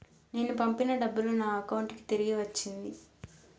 నేను పంపిన డబ్బులు నా అకౌంటు కి తిరిగి వచ్చింది